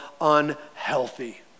unhealthy